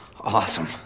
Awesome